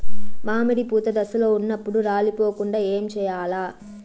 మామిడి పూత దశలో ఉన్నప్పుడు రాలిపోకుండ ఏమిచేయాల్ల?